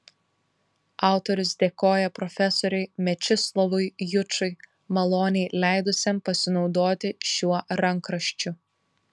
autorius dėkoja profesoriui mečislovui jučui maloniai leidusiam pasinaudoti šiuo rankraščiu